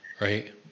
Right